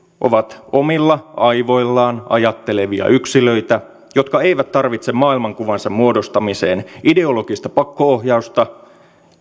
ovat omilla aivoillaan ajattelevia yksilöitä jotka eivät tarvitse maailmankuvansa muodostamiseen ideologista pakko ohjausta